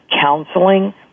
counseling